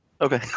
Okay